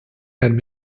had